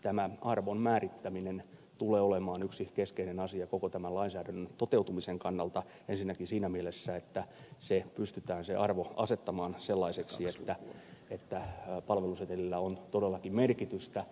tämä arvon määrittäminen tulee olemaan yksi keskeinen asia koko tämän lainsäädännön toteutumisen kannalta ensinnäkin siinä mielessä että se arvo pystytään asettamaan sellaiseksi että palvelusetelillä on todellakin merkitystä